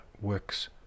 works